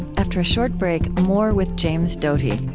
after a short break, more with james doty.